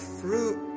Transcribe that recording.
fruit